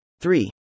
three